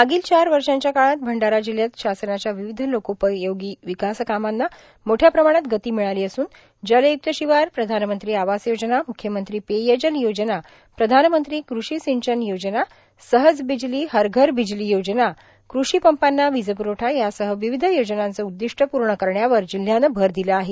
मागील चार वषाच्या काळात भंडारा जिल्हयात शासनाच्या र्वावध लोकापयोगी र्वकास कामांना मोठया प्रमाणात गती भिळालां असून जलयुक्त शिवार प्रधानमंत्री आवास योजना मुख्यमंत्री पेयजल योजना प्रधानमंत्री कृषा र्पासंचन योजना सहज र्विजलां हरघर बिजलां योजना कृषि पंपांना विज पुरवठा यासह विविध योजनांचं उद्दिष्ट पूण करण्यावर जिल्हयानं भर ादला आहे